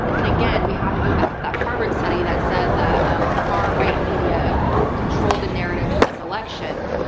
and again we have to go back to that harvard study that said that um far right media controlled the narrative in this election.